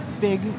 big